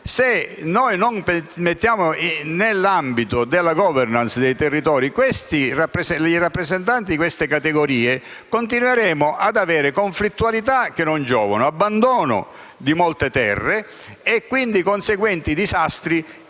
Se non inserissimo nell'ambito della *governance* dei territori i rappresentanti di queste categorie, continueremmo ad avere conflittualità che non giovano, abbandono di molte terre e conseguenti disastri